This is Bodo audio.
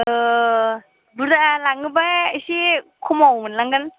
बुरजा लांनोब्ला एसे खमाव मोनलांगोन